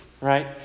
right